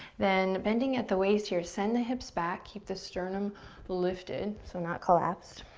then, bending at the waist here, send the hips back. keep the sternum lifted, so not collapsed,